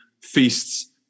feasts